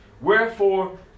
Wherefore